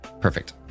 perfect